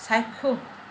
চাক্ষুষ